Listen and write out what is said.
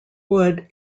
wood